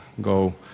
go